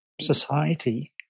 society